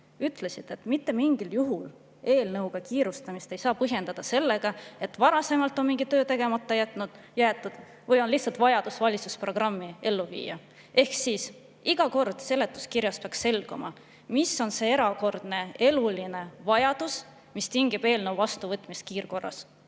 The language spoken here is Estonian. ütlesid, et mitte mingil juhul ei saa eelnõuga kiirustamist põhjendada sellega, et varasemalt on mingi töö tegemata jäetud või on lihtsalt vajadus valitsusprogrammi ellu viia. Ehk siis, iga kord peaks seletuskirjast selguma, mis on see erakordne eluline vajadus, mis tingib eelnõu vastuvõtmise kiirkorras.